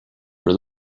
for